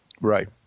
Right